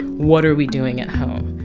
what are we doing at home?